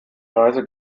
reise